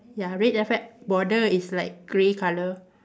ya red then after that border is like grey colour